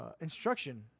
instruction